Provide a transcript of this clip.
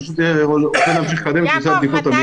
אני פשוט רוצה להמשיך לקדם את נושא הבדיקות.